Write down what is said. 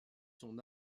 son